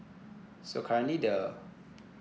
so currently the